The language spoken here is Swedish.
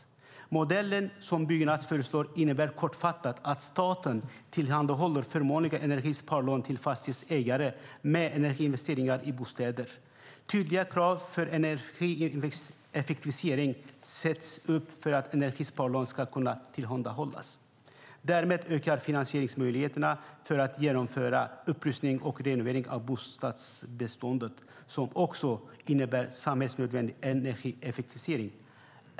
Den modell som Byggnads föreslår innebär kortfattat att staten tillhandahåller förmånliga energisparlån till fastighetsägare för energiinvesteringar i bostäder. Tydliga krav för energieffektivisering sätts upp för att ett energisparlån ska kunna tillhandahållas. Därmed ökar finansieringsmöjligheterna för att genomföra upprustning och renovering av bostadsbeståndet, vilket också innebär samhällsnödvändig energieffektivisering.